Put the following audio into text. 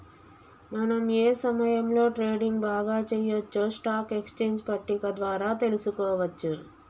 మనం ఏ సమయంలో ట్రేడింగ్ బాగా చెయ్యొచ్చో స్టాక్ ఎక్స్చేంజ్ పట్టిక ద్వారా తెలుసుకోవచ్చు